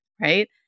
right